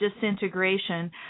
disintegration